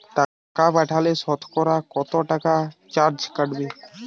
টাকা পাঠালে সতকরা কত টাকা চার্জ কাটবে?